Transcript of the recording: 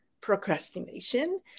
procrastination